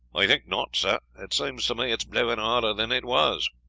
i think not, sir. it seems to me it's blowing harder than it was.